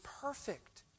perfect